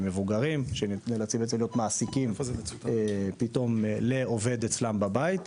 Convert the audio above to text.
זה מבוגרים שזקוקים פתאום לעובד בבית.